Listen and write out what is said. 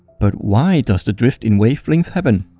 but why does the drift in wavelength happen?